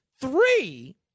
Three